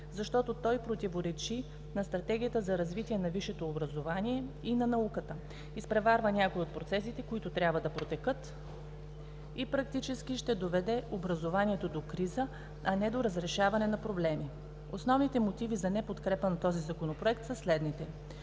защото той противоречи на Стратегията за развитие на висшето образование и на науката, изпреварва някои от процесите, които трябва да протекат и практически ще доведе образованието до криза, а не до разрешаване на проблеми. Основните мотиви за неподкрепа на този Законопроект са следните: